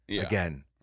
Again